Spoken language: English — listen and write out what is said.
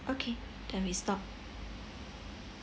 okay then we stop